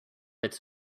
its